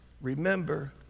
Remember